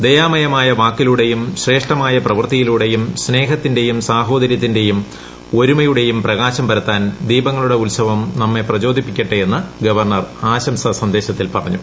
ദയാമയമായ വാക്കിലൂടെയും ശ്രേഷ്ഠമായ പ്രവൃത്തിയിലൂടെയും സ്നേഹത്തിന്റെയും സാഹോദര്യ ത്തിന്റെയും ഒരുമയുടെയും പ്രകാശം പരത്താൻ ദീപങ്ങളുടെ ഉത്സവം നമ്മെ പ്രചോദിപ്പിക്കട്ടെ എന്ന് ഗവർണർ ആശംസസന്ദേശത്തിൽ പറഞ്ഞു